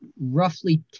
roughly